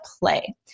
play